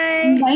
Bye